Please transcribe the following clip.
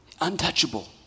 Untouchable